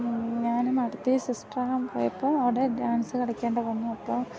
ഞാൻ മഠത്തിൽ സിസ്റ്ററാകാൻ പോയപ്പോൾ അവിടെ ഡാൻസ് കളിക്കേണ്ടി വന്നു അപ്പോൾ